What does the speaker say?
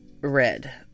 red